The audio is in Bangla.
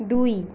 দুই